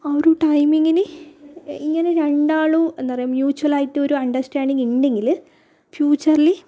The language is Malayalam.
ആ ഒരു ടൈംമിങിന് ഇങ്ങനെ രണ്ടാളും എന്താണ് പറയുക മ്യൂച്ച്വൽ ആയിട്ട് ഒര് അണ്ടർസ്റ്റാൻ്റിങ് ഉണ്ടെങ്കിൽ ഫ്യൂച്ചറിൽ